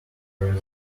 where